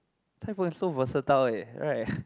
Cai-Png is so versatile eh right